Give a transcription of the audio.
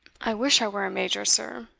i wish i were a major, sir,